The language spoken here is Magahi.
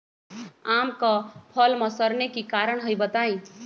आम क फल म सरने कि कारण हई बताई?